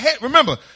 remember